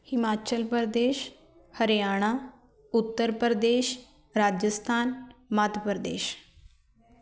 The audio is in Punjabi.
ਹਿਮਾਚਲ ਪ੍ਰਦੇਸ਼ ਹਰਿਆਣਾ ਉੱਤਰ ਪ੍ਰਦੇਸ਼ ਰਾਜਸਥਾਨ ਮੱਧ ਪ੍ਰਦੇਸ਼